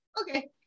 Okay